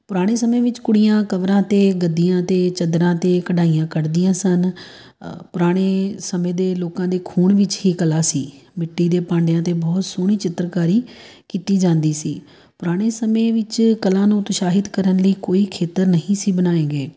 ਪੁਰਾਣੇ ਸਮੇਂ ਵਿੱਚ ਕੁੜੀਆਂ ਕਵਰਾਂ 'ਤੇ ਗੱਦੀਆਂ 'ਤੇ ਚਾਦਰਾਂ 'ਤੇ ਕਢਾਈਆਂ ਕੱਢਦੀਆਂ ਸਨ ਪੁਰਾਣੇ ਸਮੇਂ ਦੇ ਲੋਕਾਂ ਦੇ ਖੂਨ ਵਿੱਚ ਹੀ ਕਲਾ ਸੀ ਮਿੱਟੀ ਦੇ ਭਾਂਡਿਆਂ 'ਤੇ ਬਹੁਤ ਸੋਹਣੀ ਚਿੱਤਰਕਾਰੀ ਕੀਤੀ ਜਾਂਦੀ ਸੀ ਪੁਰਾਣੇ ਸਮੇਂ ਵਿੱਚ ਕਲਾ ਨੂੰ ਉਤਸ਼ਾਹਿਤ ਕਰਨ ਲਈ ਕੋਈ ਖੇਤਰ ਨਹੀਂ ਸੀ ਬਣਾਏ ਗਏ